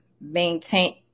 maintain